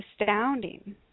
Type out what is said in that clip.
astounding